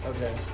Okay